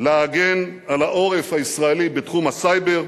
להגן על העורף הישראלי בתחום הסייבר.